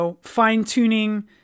fine-tuning